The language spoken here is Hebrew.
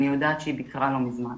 אני יודעת שהיא ביקרה לא מזמן.